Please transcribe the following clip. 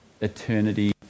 eternity